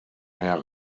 herr